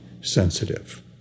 sensitive